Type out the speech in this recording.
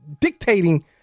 dictating